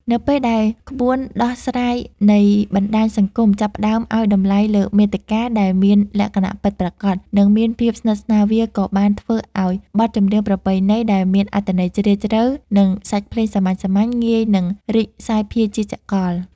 នៅពេលដែលក្បួនដោះស្រាយនៃបណ្តាញសង្គម ចាប់ផ្តើមឲ្យតម្លៃលើមាតិកាដែលមានលក្ខណៈពិតប្រាកដ និងមានភាពស្និទ្ធស្នាល វាក៏បានធ្វើឱ្យបទចម្រៀងប្រពៃណី ដែលមានអត្ថន័យជ្រាលជ្រៅ និងសាច់ភ្លេងសាមញ្ញៗ ងាយនឹងរីកសាយភាយជាសកល។